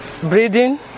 breeding